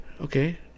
Okay